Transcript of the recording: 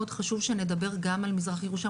מאוד חשוב שנדבר גם על מזרח ירושלים,